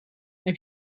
heb